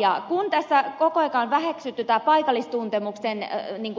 vaikka tässä koko ajan on väheksytty tämän paikallistuntemuksen